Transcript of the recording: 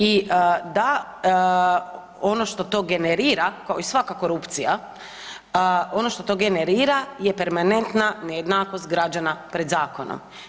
I da ono što to generira kao i svaka korupcija, ono što to generira je permanentna nejednakost građana pred zakonom.